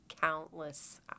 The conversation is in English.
countless